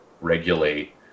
regulate